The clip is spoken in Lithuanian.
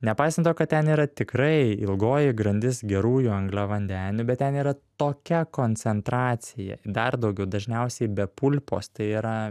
nepaisan to kad ten yra tikrai ilgoji grandis gerųjų angliavandenių bet ten yra tokia koncentracija dar daugiau dažniausiai be pulpos tai yra